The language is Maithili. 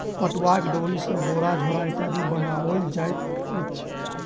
पटुआक डोरी सॅ बोरा झोरा इत्यादि बनाओल जाइत अछि